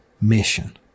mission